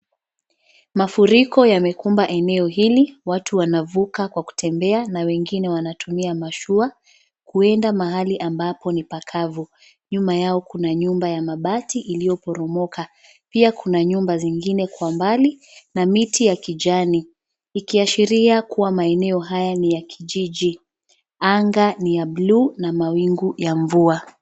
Mafuriko yamekumba eneo hili. Watu wanavuka kwa kutembea na wengine wanatumia mashua kuenda mahali ambapo ni pakavu. Nyuma yao kuna nyumba ya mabati iliyoporomoka, pia kuna nyumba zingine kwa mbali na miti ya kijani, ikiashiria kuwa maeneo haya ni ya kijiji. Anga ni ya bluu na mawingu ya mvua.